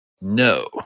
No